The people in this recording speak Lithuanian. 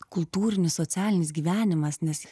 kultūrinis socialinis gyvenimas nes